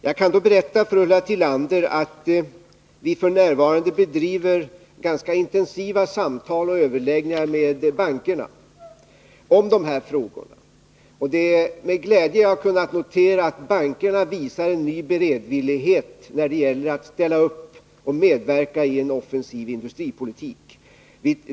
Jag kan berätta för Ulla Tillander att vi f. n. bedriver ganska intensiva samtal och överläggningar med bankerna om dessa frågor. Det är med glädje jag kunnat konstatera att bankerna visar en ny beredvillighet när det gäller att ställa upp och medverka i en offensiv industripolitik.